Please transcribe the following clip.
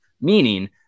Meaning